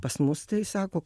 pas mus tai sako